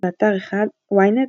באתר ynet,